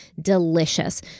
delicious